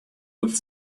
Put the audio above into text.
with